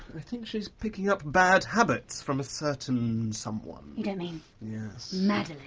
i think she's picking up bad habits from a, certain someone. you don't mean not